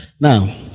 now